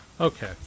Okay